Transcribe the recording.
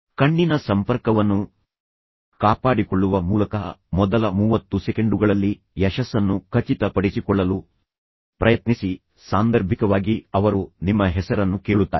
ಕಣ್ಣಿನ ಸಂಪರ್ಕವನ್ನು ಕಾಪಾಡಿಕೊಳ್ಳುವ ಮೂಲಕ ಮೊದಲ 30 ಸೆಕೆಂಡುಗಳಲ್ಲಿ ಯಶಸ್ಸನ್ನು ಖಚಿತಪಡಿಸಿಕೊಳ್ಳಲು ಪ್ರಯತ್ನಿಸಿ ಸಾಂದರ್ಭಿಕವಾಗಿ ಅವರು ನಿಮ್ಮ ಹೆಸರನ್ನು ಕೇಳುತ್ತಾರೆ